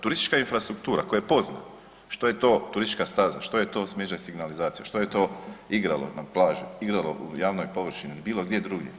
Turistička infrastruktura, tko je pozna, što je to turistička staza, što je to smeđa signalizacija, što je to igralo, na plaži, igralo na javnoj površini ili bilo gdje drugdje.